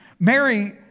Mary